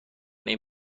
این